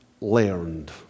learned